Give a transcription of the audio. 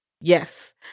Yes